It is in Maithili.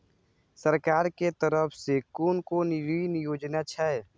सरकार के तरफ से कोन कोन ऋण योजना छै?